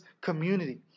community